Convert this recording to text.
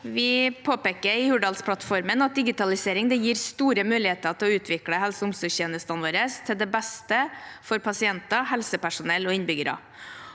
Vi påpeker i Hurdalsplattformen at digitalisering gir store muligheter til å utvikle helse- og omsorgstjenestene våre til det beste for pasienter, helsepersonell og innbyggere.